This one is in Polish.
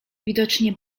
widocznie